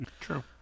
true